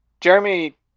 Jeremy